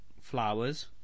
Flowers